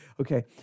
Okay